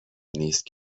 نیست